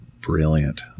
brilliant